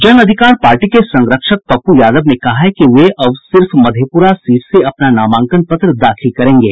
जन अधिकार पार्टी के संरक्षक पप्पू यादव ने कहा है कि वे अब सिर्फ मधेप्ररा सीट से अपना नामांकन पत्र दाखिल करेंगे